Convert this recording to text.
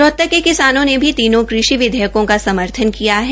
रोहतक के किसानों ने भी तीनों कृषि विधेयकों का समर्थन किया है